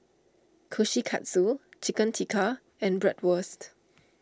Kushikatsu Chicken Tikka and Bratwurst